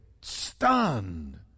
stunned